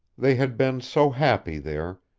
they had been so happy there,